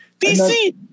DC